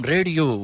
Radio